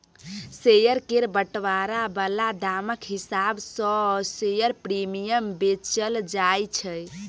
share केर बंटवारा बला दामक हिसाब सँ शेयर प्रीमियम बेचल जाय छै